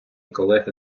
колеги